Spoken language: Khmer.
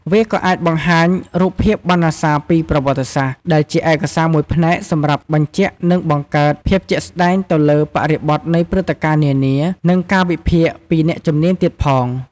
វាក៏អាចបង្ហាញរូបភាពបណ្ណសារពីប្រវត្តិសាស្ត្រ ដែលជាឯកសារមួយផ្នែកសម្រាប់បញ្ជាក់និងបង្កើតភាពជាក់ស្តែងទៅលើបរិបទនៃព្រឹត្តិការណ៍នានា និងការវិភាគពីអ្នកជំនាញទៀតផង។